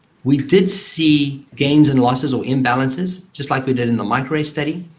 we did see gains and losses or imbalances, just like we did in the microarray study.